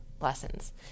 lessons